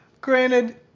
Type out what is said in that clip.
Granted